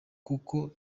kuko